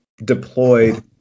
deployed